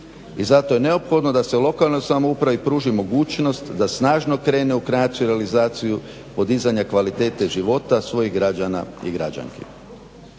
I zato je neophodno da se u lokalnoj samoupravi pruži mogućnost da snažno krene u kreaciju i realizaciju podizanja kvalitete života svojih građana i građanki.